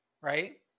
right